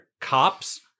Cops